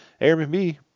Airbnb